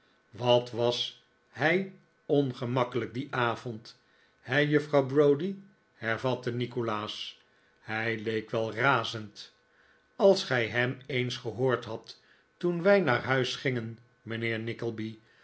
wat was hij ongemakkelijk dien avond he juffrouw browdie hervatte nikolaas hij leek wel razend john br o wd ie heeft nogmaals pleizier als gij hem eens gehoord hadt toen wij naar huis gingen mijnheer nickleby